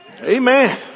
Amen